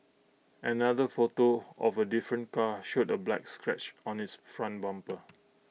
another photo of A different car showed A black scratch on its front bumper